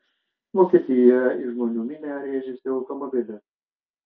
vokietijoje į žmonių minią rėžėsi automobilis